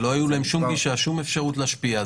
ולא הייתה להם שום אפשרות להשפיע,